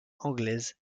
anglaise